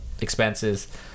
expenses